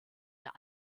der